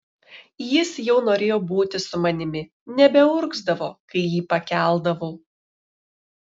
jis jau norėjo būti su manimi nebeurgzdavo kai jį pakeldavau